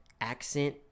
accent